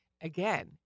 again